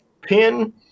pin